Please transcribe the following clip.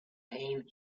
pain